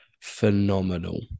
phenomenal